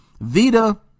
vita